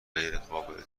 غیرقابل